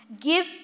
Give